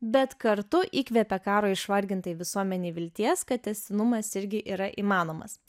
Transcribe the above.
bet kartu įkvepia karo išvargintai visuomenei vilties kad tęstinumas irgi yra įmanomas